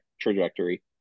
trajectory